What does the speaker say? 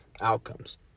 outcomes